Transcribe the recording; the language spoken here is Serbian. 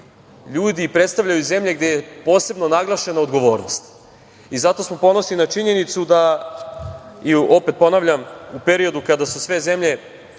ljudi predstavljaju zemlje gde je posebno naglašena odgovornost. Zato smo ponosni na činjenicu da, opet ponavljam, u periodu kada su sve zemlje